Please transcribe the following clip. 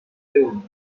tool